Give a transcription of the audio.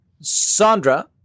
Sandra